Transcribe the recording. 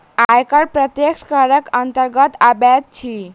आयकर प्रत्यक्ष करक अन्तर्गत अबैत अछि